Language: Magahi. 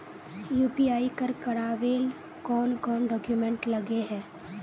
यु.पी.आई कर करावेल कौन कौन डॉक्यूमेंट लगे है?